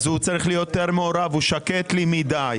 אז הוא צריך להיות יותר מעורב, הוא שקט לי מידי.